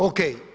OK.